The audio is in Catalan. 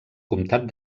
comtat